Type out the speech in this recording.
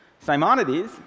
Simonides